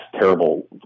terrible